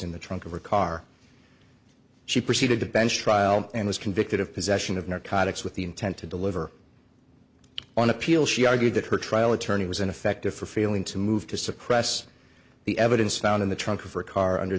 in the trunk of her car she proceeded to bench trial and was convicted of possession of narcotics with the intent to deliver on appeal she argued that her trial attorney was ineffective for failing to move to suppress the evidence found in the trunk of her car under